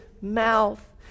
mouth